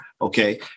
Okay